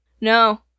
No